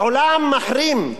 העולם מחרים,